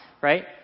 right